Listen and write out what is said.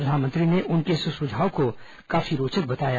प्रधानमंत्री ने उनके इस सुझाव को काफी रोचक बताया